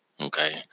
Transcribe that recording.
Okay